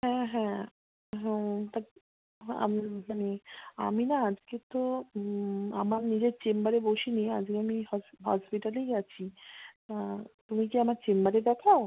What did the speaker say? হ্যাঁ হ্যাঁ হ্যাঁ তা হ্যাঁ আমি মানে আমি না আজকে তো আমার নিজের চেম্বারে বসিনি আজকে আমি হসপিটালেই আছি তুমি কি আমার চেম্বারে দেখাও